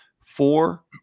four